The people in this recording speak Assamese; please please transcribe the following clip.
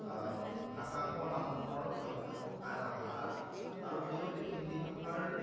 ভাষা কোৱা মানুহৰ সংখ্যা থকা এটা ভাষা আৰু সেইবাবে হিন্দী ভাষাৰ